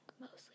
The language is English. mostly